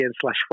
slash